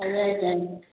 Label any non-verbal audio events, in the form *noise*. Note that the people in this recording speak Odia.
*unintelligible*